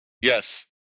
Yes